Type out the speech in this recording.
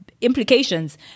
implications